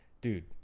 dude